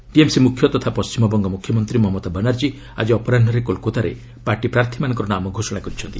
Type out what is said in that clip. TMC ମୁଖ୍ୟ ତଥା ପଣ୍ଢିମବଙ୍ଗ ମୁଖ୍ୟମନ୍ତ୍ରୀ ମମତା ବାନାର୍ଜୀ ଆଜି ଅପରାହ୍ନରେ କୋଲ୍କାତାରେ ପାର୍ଟି ପ୍ରାର୍ଥୀମାନଙ୍କର ନାମ ଘୋଷଣା କରିଛନ୍ତି